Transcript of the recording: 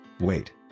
Wait